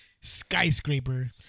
Skyscraper